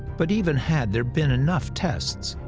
but even had there been enough tests,